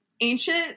ancient